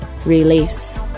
Release